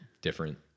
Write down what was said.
different